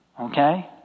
Okay